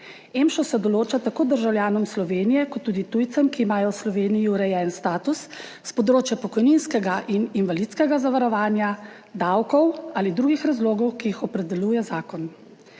EMŠO se določa tako državljanom Slovenije kot tudi tujcem, ki imajo v Sloveniji urejen status s področja pokojninskega in invalidskega zavarovanja, davkov ali drugih razlogov, ki jih opredeljuje zakon.